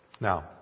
Now